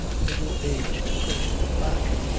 middle-aged person in black.